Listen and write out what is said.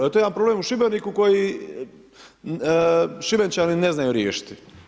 Evo to je jedan problem u Šibeniku koji Šibenčani ne znaju riješiti.